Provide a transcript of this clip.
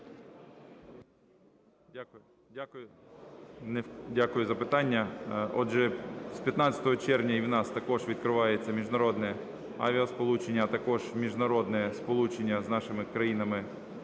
Дякую за питання. Отже, з 15 червня і в нас також відкривається міжнародне авіасполучення, а також міжнародне сполучення з нашими країнами